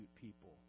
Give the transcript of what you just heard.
people